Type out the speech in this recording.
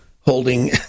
holding